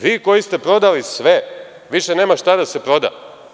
Vi koji ste prodali sve, više nema šta da se proda.